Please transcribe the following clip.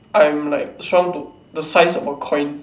I'm like shrunk to the size of a coin